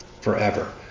Forever